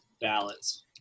ballots